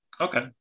Okay